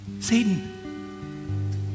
Satan